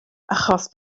achos